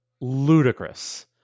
ludicrous